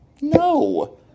No